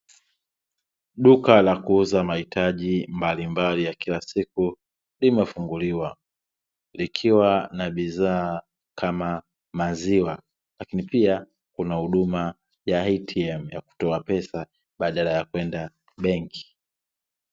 Duka la kuuza mahitaji mbalimbali ya kila siku limefunguliwa, likiwa na bidhaa kama maziwa lakini pia kuna huduma ya ATM ya kutoa pesa, badala ya kwenda benki.